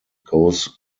goes